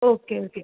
okay okay